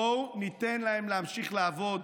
בואו ניתן להם להמשיך לעבוד.